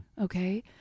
Okay